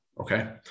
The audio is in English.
okay